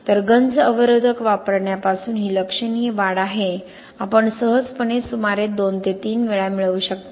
तर गंज अवरोधक वापरण्यापासून ही लक्षणीय वाढ आहे आपण सहजपणे सुमारे 2 ते 3 वेळा मिळवू शकता